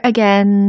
Again